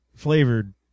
flavored